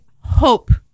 hope